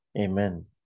Amen